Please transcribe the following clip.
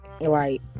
right